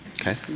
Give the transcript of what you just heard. Okay